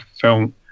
film